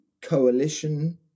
coalition